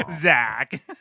Zach